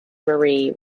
marie